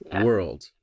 world